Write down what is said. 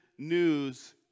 News